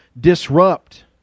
disrupt